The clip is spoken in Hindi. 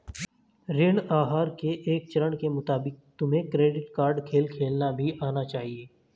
ऋण आहार के एक चरण के मुताबिक तुम्हें क्रेडिट कार्ड खेल खेलना भी आना चाहिए